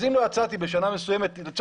אז אם לא יצאתי בשנה מסוימת,